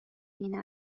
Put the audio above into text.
این